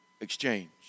exchange